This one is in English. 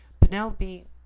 Penelope